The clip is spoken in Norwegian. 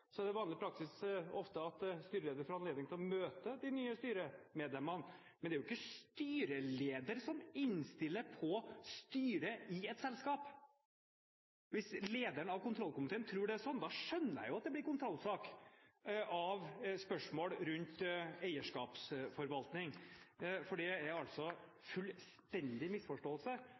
Så er det ofte vanlig praksis at styreleder får anledning til å møte de nye styremedlemmene. Men det er ikke styreleder som innstiller på styre i et selskap. Hvis lederen i kontrollkomiteen tror det er slik, skjønner jeg jo at det blir kontrollsak av spørsmål rundt eierskapsforvaltning, for det er en fullstendig misforståelse